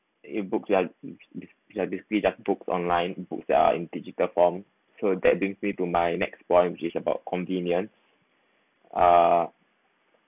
ebook which are basically just books online books yeah in digital form so that brings me to my next point which is about convenience uh